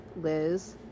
Liz